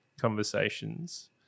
conversations